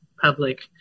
public